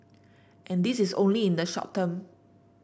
and this is only in the short term